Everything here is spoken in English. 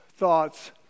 thoughts